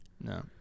No